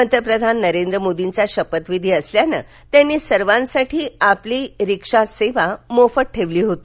पंतप्रधान नरेंद्र मोदींचा शपथविधी असल्यानं त्यांनी सर्वांसाठी आपली रिक्षासेवा मोफत ठेवली होती